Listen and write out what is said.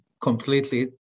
completely